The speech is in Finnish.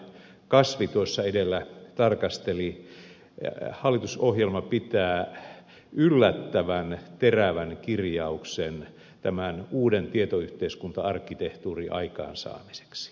kasvi tuossa edellä tarkasteli hallitusohjelma sisältää yllättävän terävän kirjauksen tämän uuden tietoyhteiskunta arkkitehtuurin aikaansaamiseksi